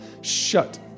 shut